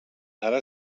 ara